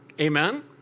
Amen